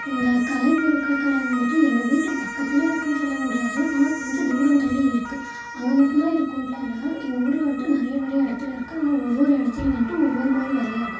இந்த கலைப் பொருட்கள் கடை வந்துட்டு எங்கள் வீட்டு பக்கத்திலையே இருக்குன்னு சொல்ல முடியாது ஆனால் கொஞ்சம் தூரம் தள்ளி இருக்குது அங்கே மட்டும் தான் இருக்குன்ட்டெலாம் இல்லை எங்கள் ஊரில் வந்துட்டு நிறைய நிறைய இடத்துல இருக்குது ஆனால் ஒவ்வொரு இடத்துல வந்துட்டு ஒவ்வொரு மாதிரி விலையா இருக்கும்